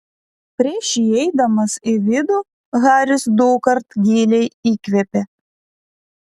prieš įeidamas į vidų haris dukart giliai įkvėpė